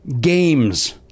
Games